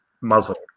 muzzle